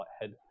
head